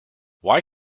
why